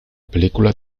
película